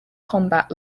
combat